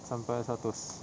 sampai seratus